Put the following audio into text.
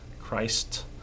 Christ